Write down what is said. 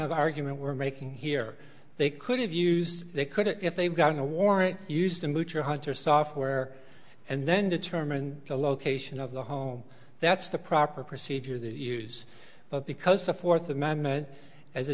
of argument we're making here they could have used they could if they've gotten a warrant used a moocher hunter software and then determine the location of the home that's the proper procedure the use but because the fourth amendment as a